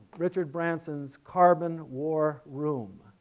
richard branson's carbon war room.